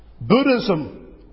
Buddhism